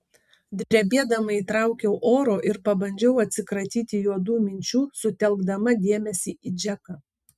drebėdama įtraukiau oro ir pabandžiau atsikratyti juodų minčių sutelkdama dėmesį į džeką